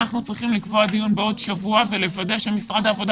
אנחנו צריכים לקבוע דיון בעוד שבוע ולוודא שמשרד העבודה